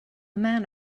man